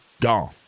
gone